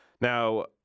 Now